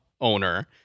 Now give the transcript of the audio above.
owner